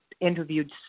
interviewed